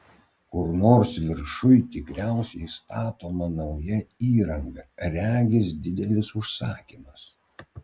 kur nors viršuj tikriausiai statoma nauja įranga regis didelis užsakymas